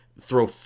throw